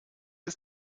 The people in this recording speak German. ist